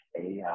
AI